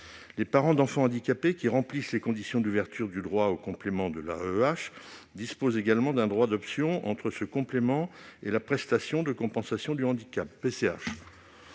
Les parents d'enfants handicapés qui remplissent les conditions d'ouverture du droit au complément de l'AEEH disposent également d'un droit d'option entre ce complément et la prestation de compensation du handicap (PCH).